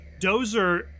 Dozer